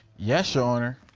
yes, your honor.